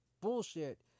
bullshit